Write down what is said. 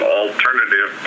alternative